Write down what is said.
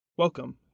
Welcome